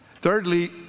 Thirdly